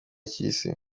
cy’isi